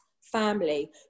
family